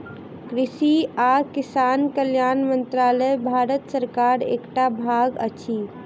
कृषि आ किसान कल्याण मंत्रालय भारत सरकारक एकटा भाग अछि